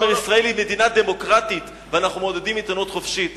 ישראל היא מדינה דמוקרטית ואנחנו מעודדים עיתונות חופשית,